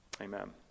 amen